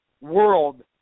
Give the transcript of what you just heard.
world